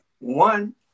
One